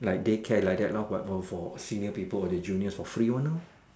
like daycare like that lor but more for senior people or the juniors for free one lor